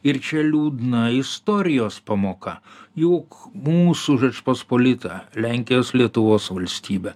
ir čia liūdna istorijos pamoka juk mūsų žečpospolita lenkijos lietuvos valstybė